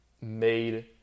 made